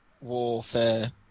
Warfare